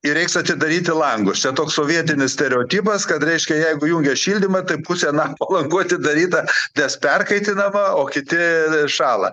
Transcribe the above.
ir reiks atidaryti langus čia toks sovietinis stereotipas kad reiškia jeigu jungia šildymą tai pusė namo langų atidaryta nes perkaitinama o kiti šąla